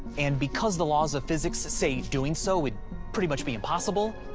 and because the laws of physics say doing so would pretty much be impossible,